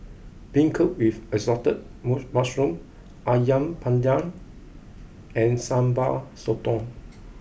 Beancurd with Assorted moss Mushrooms Ayam Panggang and Sambal Sotong